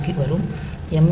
க்கு வரும் எம்